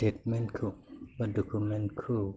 स्टेटमेन्टखौ बा दकुमेन्टखौ